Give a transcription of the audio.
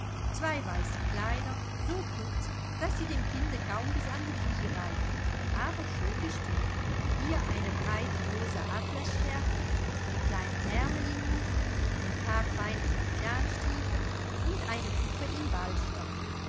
zwei weiße kleider so kurz daß sie dem kinde kaum bis an die knie reichen aber schön gestickt hier eine breite rosa atlasschärpe ein kleiner hermelinmuff ein paar feine saffianstiefel und eine puppe im